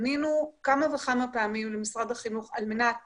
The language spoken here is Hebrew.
פנינו כמה פעמים למשרד החינוך על מנת